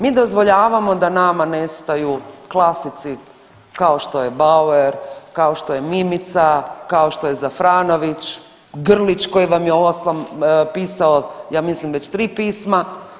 Mi dozvoljavamo da nama nestaju klasici kao što je Bauer, kao što je Mimica, kao što je Zafranović, Grlić koji vam je uostalom pisao ja mislim već 3 pisma.